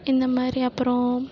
இந்த மாதிரி அப்புறம்